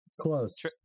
Close